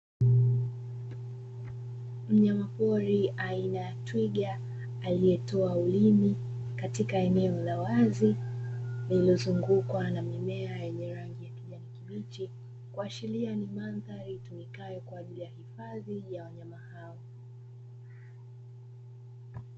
Mnyama pori aina ya twiga aliyetoa ulimi katika eneo la wazi lililozungukwa na mimea ya kijani kibichi, kuashiria ni mandhari itumikayo kwa ajili ya uhifadhi wa wanyama hao.